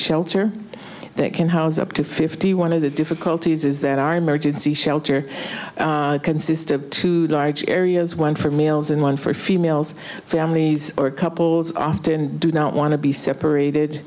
shelter that can house up to fifty one of the difficulties is that our emergency shelter consists of two large areas one for males and one for females families or couples often do not want to be separated